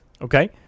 Okay